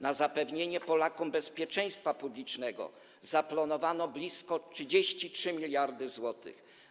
Na zapewnienie Polakom bezpieczeństwa publicznego zaplanowano blisko 33 mld zł.